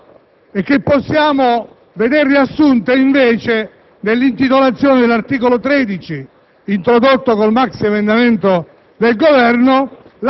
con il titolo, e che possiamo vedere riassunte invece nell'intitolazione dell'articolo 13, introdotto con il maxiemendamento